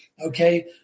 Okay